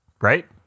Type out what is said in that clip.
Right